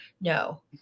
no